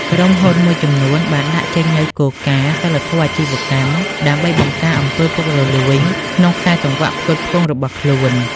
ក្រុមហ៊ុនមួយចំនួនបានដាក់ចេញនូវគោលការណ៍ "សីលធម៌អាជីវកម្ម" ដើម្បីបង្ការអំពើពុករលួយក្នុងខ្សែសង្វាក់ផ្គត់ផ្គង់របស់ខ្លួន។